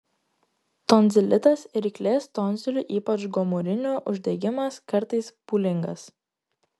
tonzilitas ryklės tonzilių ypač gomurinių uždegimas kartais pūlingas